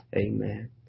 Amen